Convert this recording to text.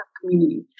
community